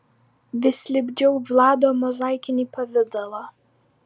vis lipdžiau vlado mozaikinį pavidalą